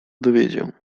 dowiedział